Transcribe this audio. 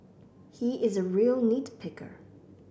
he is a real nit picker